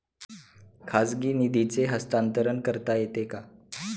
खाजगी निधीचे हस्तांतरण करता येते का?